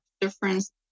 difference